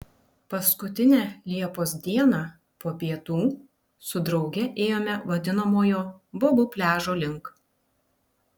paskutinę liepos dieną po pietų su drauge ėjome vadinamojo bobų pliažo link